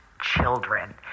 children